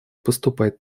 поступать